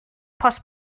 post